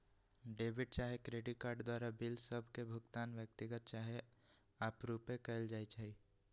debit चाहे credit card द्वारा bill सभ के भुगतान व्यक्तिगत चाहे आपरुपे कएल जाइ छइ